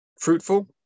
fruitful